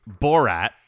Borat